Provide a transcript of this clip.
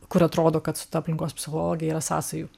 kur atrodo kad su ta aplinkos psichologija yra sąsajų